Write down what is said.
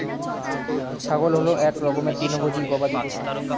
ছাগল হল এক রকমের তৃণভোজী গবাদি পশু